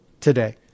Today